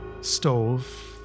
stove